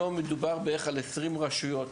מדובר היום על בערך 20 רשויות,